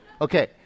Okay